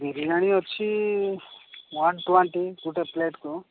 ବିରିୟାନୀ ଅଛି one twenty ଗୋଟେ ପ୍ଲେଟକୁ